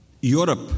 Europe